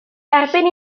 erbyn